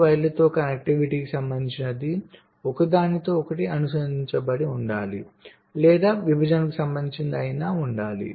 వైర్లతో కనెక్టివిటీకి సంబంధించినది ఒకదానితో ఒకటి అనుసంధానించబడి ఉండాలి లేదా విభజనకు సంబంధించినది అయి ఉండాలి